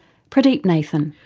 pradeep nathan.